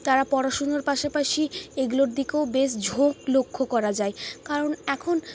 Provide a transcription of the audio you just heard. তারা পড়াশুনোর পাশাপাশি এইগুলোর দিকেও বেশ ঝোঁক লক্ষ্য করা যায় কারণ এখন